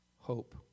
hope